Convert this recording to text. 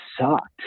sucked